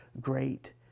great